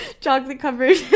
chocolate-covered